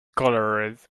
colored